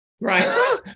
Right